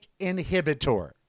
inhibitor